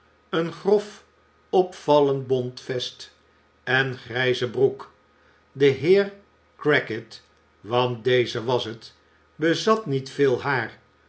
een grof opvallend bont vest en grijze broek de heer crackit want deze was het bezat niet veel haar